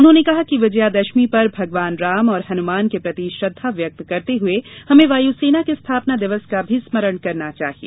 उन्होंने कहा कि विजयादशमी पर भगवान राम और हनुमान के प्रति श्रद्वा व्यक्त करते हुए हमें वायुसेना के स्थापना दिवस का भी स्मरण करना चाहिए